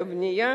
לבנייה,